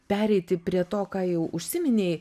pereiti prie to ką jau užsiminei